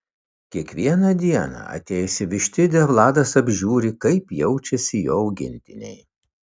kiekvieną dieną atėjęs į vištidę vladas apžiūri kaip jaučiasi jo augintiniai